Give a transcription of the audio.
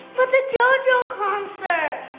but the jojo concert.